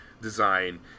design